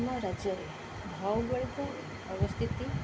ଆମ ରାଜ୍ୟରେ ଭୌଗଳିକ ଅବସ୍ଥିତି